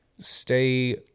stay